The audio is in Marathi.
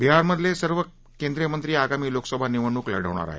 विहारमधले सर्व केंद्रीय मंत्री आगामी लोकसभा निवडणूक लढवणार आहेत